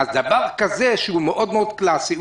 אז דבר כזה שהוא מאוד מאוד קלסי,